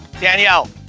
Danielle